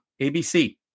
ABC